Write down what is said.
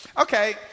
okay